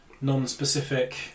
non-specific